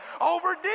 over